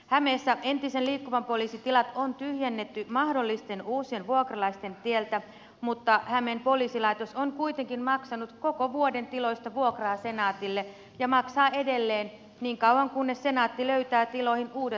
hämeessä entisen liikkuvan poliisin tilat on tyhjennetty mahdollisten uusien vuokralaisten tieltä mutta hämeen poliisilaitos on kuitenkin maksanut koko vuoden tiloista vuokraa senaatille ja maksaa edelleen niin kauan kunnes senaatti löytää tiloihin uudet vuokralaiset